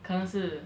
可能是